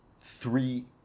three